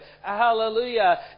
hallelujah